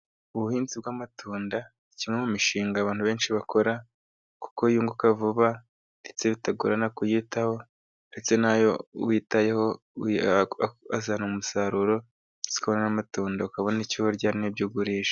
Ubuhinzi bw'amatunda kimwe mu mishinga abantu benshi bakora, kuko yunguka vuba ndetse bitagorana kuyitaho, ndetse n'ayo witayeho azana umusaruro, ndetse ukabona amatunda ukabone icyo urya n'ibyo ugurisha.